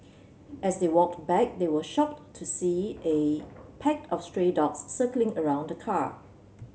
as they walked back they were shocked to see A pack of stray dogs circling around the car